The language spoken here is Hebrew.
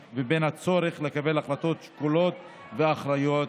ובין הצורך לקבל החלטות שקולות ואחראיות